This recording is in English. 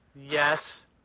Yes